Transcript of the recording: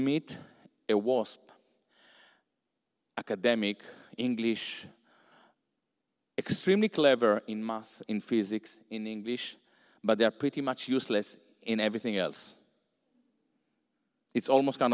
there was academic english extremely clever in math in physics in english but they're pretty much useless in everything else it's almost kind